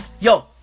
Yo